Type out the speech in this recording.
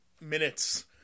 minutes